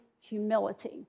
humility